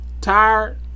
tired